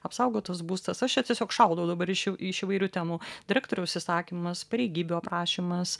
apsaugotas būstas aš tiesiog šaudau dabar iš iš įvairių temų direktoriaus įsakymas pareigybių aprašymas